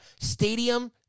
stadium